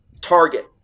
target